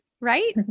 right